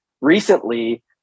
recently